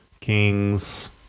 Kings